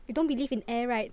you don't believe in air right